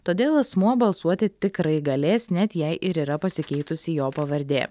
todėl asmuo balsuoti tikrai galės net jei ir yra pasikeitusi jo pavardė